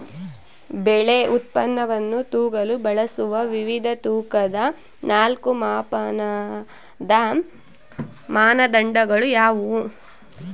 ಬೆಳೆ ಉತ್ಪನ್ನವನ್ನು ತೂಗಲು ಬಳಸುವ ವಿವಿಧ ತೂಕದ ನಾಲ್ಕು ಮಾಪನದ ಮಾನದಂಡಗಳು ಯಾವುವು?